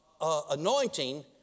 anointing